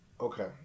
Okay